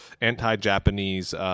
anti-Japanese